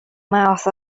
mouth